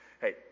Hey